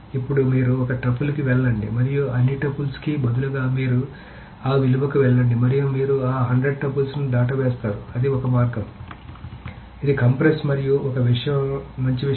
ఇప్పుడు మీరు ఒక టపుల్కి వెళ్లండి మరియు అన్ని టపుల్స్కి బదులుగా మీరు ఆ విలువకు వెళ్లండి మరియు మీరు ఆ 100 టూపుల్స్ని దాటవేస్తారు అది ఒక మార్గం ఇది కంప్రెస్ గురించి ఒక మంచి విషయం